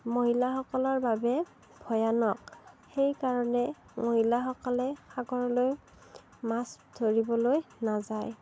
মহিলাসকলৰ বাবে ভয়ানক সেই কাৰণে মহিলাসকলে সাগৰলৈ মাছ ধৰিবলৈ নাযায়